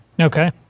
Okay